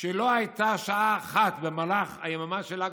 שלא הייתה שעה אחת במהלך היממה של ל"ג